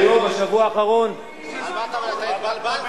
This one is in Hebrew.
היום, בשבוע האחרון, זה חמשת המ"מים, אתה התבלבלת.